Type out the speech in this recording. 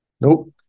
Nope